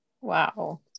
Wow